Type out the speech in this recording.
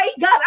God